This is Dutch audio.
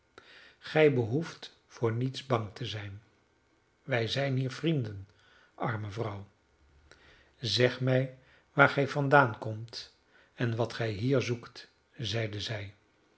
gij behoeft voor niets bang te zijn wij zijn hier vrienden arme vrouw zeg mij waar gij vandaan komt en wat gij hier zoekt zeide zij